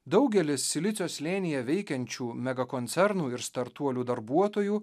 daugelis silicio slėnyje veikiančių mega koncernų ir startuolių darbuotojų